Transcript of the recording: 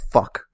fuck